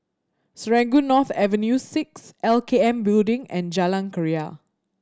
Serangoon North Avenue Six L K N Building and Jalan Keria